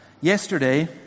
Yesterday